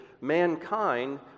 mankind